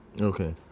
Okay